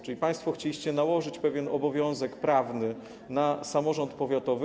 Czyli państwo chcieliście nałożyć pewien obowiązek prawny na samorząd powiatowy.